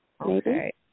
Okay